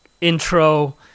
Intro